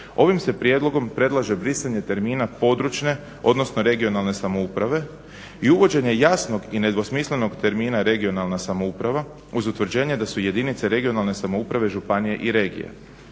ovim se prijedlogom predlaže brisanje termina područne, odnosno regionalne samouprave i uvođenje jasnog i nedvosmislenog termina regionalna samouprava uz utvrđenje da su jedinice regionalne samouprave županije i regije.